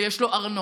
ויש לו ארנונה,